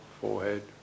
forehead